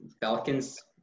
Falcons